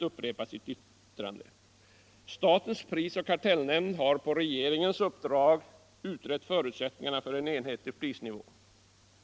Herr talman!